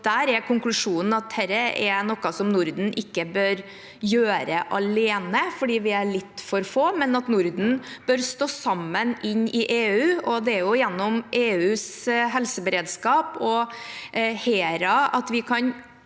og konklusjonen er at dette er noe Norden ikke bør gjøre alene, fordi vi er litt for få, men at Norden bør stå sammen i EU. Det er gjennom EUs helseberedskap og HERA at vi kan